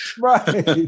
Right